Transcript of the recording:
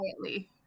quietly